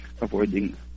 avoiding